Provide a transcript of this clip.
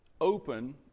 open